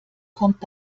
kommt